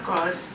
God